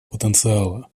потенциала